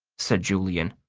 said julian.